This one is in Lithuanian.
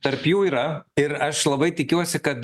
tarp jų yra ir aš labai tikiuosi kad